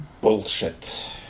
bullshit